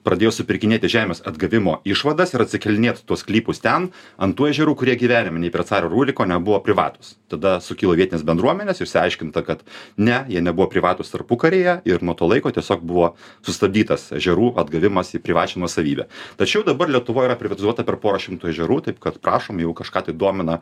pradėjo supirkinėti žemės atgavimo išvadas ir atsikėlinėt tuos sklypus ten ant tų ežerų kurie gyvenime nei prie caro ruriko nebuvo privatūs tada sukilo vietinės bendruomenės išsiaiškinta kad ne jie nebuvo privatūs tarpukaryje ir nuo to laiko tiesiog buvo sustabdytas ežerų atgavimas į privačią nuosavybę tačiau dabar lietuvoj yra privatizuota per porą šimtų ežerų taip kad prašom kažką tai domina